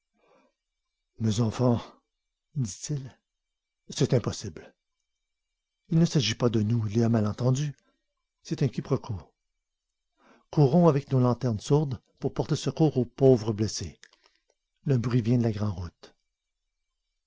mes enfants dit-il c'est impossible il ne s'agit pas de nous il y a malentendu c'est un quiproquo courons avec nos lanternes sourdes pour porter secours aux pauvres blessés le bruit vient de la